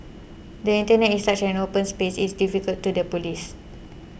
the Internet is such an open space it's difficult to the police